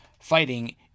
fighting